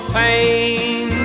pain